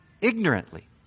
ignorantly